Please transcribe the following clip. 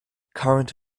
current